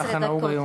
ככה נהוג היום.